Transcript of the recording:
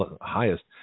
highest